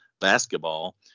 basketball